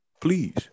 please